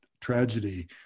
tragedy